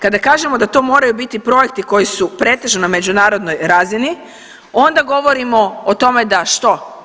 Kada kažemo da to moraju biti projekti koji su pretežno na međunarodnoj razini, onda govorimo o tome da, što?